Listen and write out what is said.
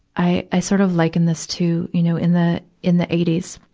i, i sort of liken this to, you know, in the, in the eighty s,